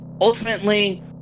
ultimately